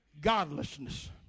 godlessness